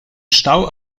stau